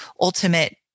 ultimate